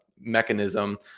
mechanism